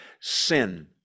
sin